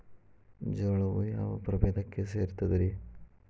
ಜೋಳವು ಯಾವ ಪ್ರಭೇದಕ್ಕ ಸೇರ್ತದ ರೇ?